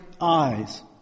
eyes